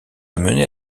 amener